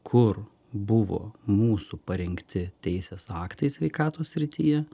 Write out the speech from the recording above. kur buvo mūsų parengti teisės aktai sveikatos srityje